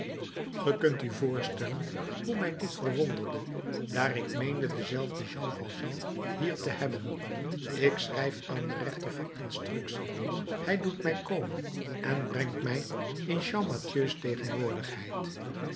ge kunt u voorstellen hoe mij dit verwonderde daar ik meende denzelfden jean valjean hier te hebben ik schrijf aan den rechter van instructie hij doet mij komen en brengt mij in champmathieu's tegenwoordigheid